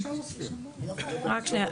רק שנייה.